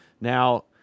now